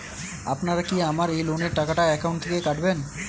আপনারা কি আমার এই লোনের টাকাটা একাউন্ট থেকে কাটবেন?